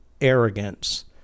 arrogance